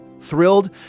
thrilled